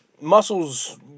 muscles